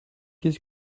qu’est